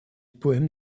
poèmes